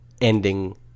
ending